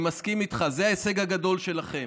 אני מסכים איתך, זה ההישג הגדול שלכם.